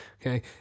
Okay